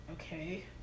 Okay